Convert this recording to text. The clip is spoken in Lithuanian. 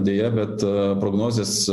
deja bet prognozės